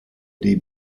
dei